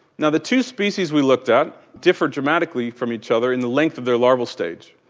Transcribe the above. now the two species we looked at differed dramatically from each other in the length of their larval stage.